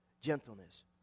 gentleness